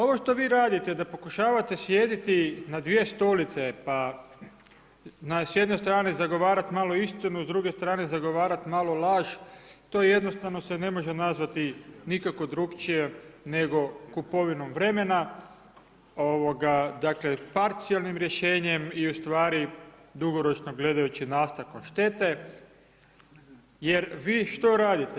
Ovo što vi radite da pokušavate sjediti na dvije stolice pa s jedne strane zagovarat malo istinu pa s druge strane zagovarat malo laž, to jednostavno se ne može nazvati nikako drukčije nego kupovinom vremena, dakle parcijalnim rješenjem i ustvari dugoročno gledajući nastavkom štete jer vi što radite?